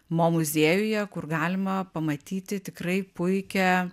mo muziejuje kur galima pamatyti tikrai puikią